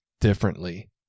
differently